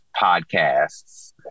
Podcasts